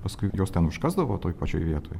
paskui juos ten užkasdavo toj pačioj vietoj